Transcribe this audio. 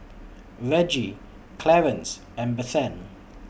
Reggie Clarance and Bethann